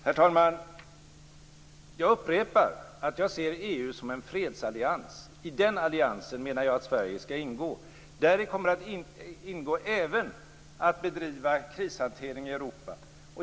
Herr talman! Jag upprepar att jag ser EU som en fredsallians. I den alliansen menar jag att Sverige skall ingå. Däri kommer att ingå även att bedriva krishantering i Europa.